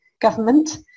government